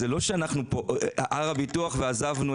זה לא הר הביטוח וזהו.